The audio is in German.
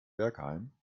bergheim